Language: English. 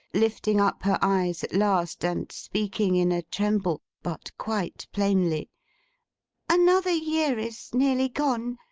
lifting up her eyes at last, and speaking in a tremble, but quite plainly another year is nearly gone,